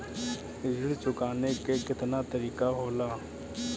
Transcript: ऋण चुकाने के केतना तरीका होला?